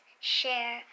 share